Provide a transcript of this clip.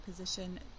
position